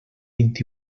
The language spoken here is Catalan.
vint